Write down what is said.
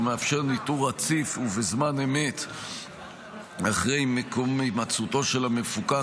ומאפשר ניטור רציף ובזמן אמת אחר מקום הימצאותו של המפוקח